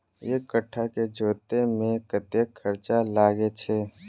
एक कट्ठा केँ जोतय मे कतेक खर्चा लागै छै?